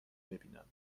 ببینم